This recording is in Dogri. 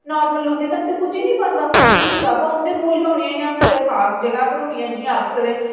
नार्मल लोकें तगर ते पुज्जीं नीं पांदा उं'दी किताबां उं'दे कोल गै रौंह्दियां जां कुदै खास जगह् पर होनियां जि'यां आक्खी सकदे